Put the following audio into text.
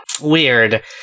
weird